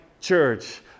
church